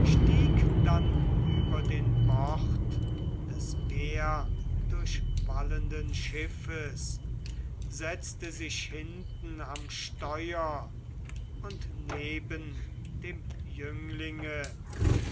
stieg dann über den bord des meerdurchwallenden schiffes setzte sich hinten am steuer und neben dem jünglinge